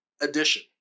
addition